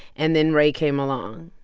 and then ray came along